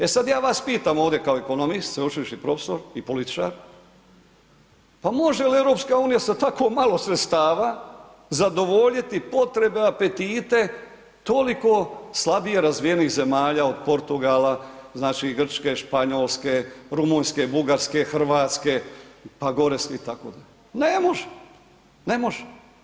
E sad ja vas pitam ovdje kao ekonomist, sveučilišni profesor i političar, pa može li EU sa tako malo sredstava zadovoljiti potrebe, apetite, toliko slabije razvijenih zemalja od Portugala, znači, Grčke, Španjolske, Rumunjske, Bugarske, RH, pa … [[Govornik se ne razumije]] itd., ne može, ne može.